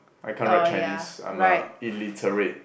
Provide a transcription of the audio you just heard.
I can't write Chinese I'm a illiterate